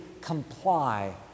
comply